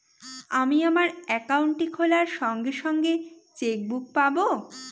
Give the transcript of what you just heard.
আমি আমার একাউন্টটি খোলার সঙ্গে সঙ্গে চেক বুক পাবো?